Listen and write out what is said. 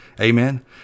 Amen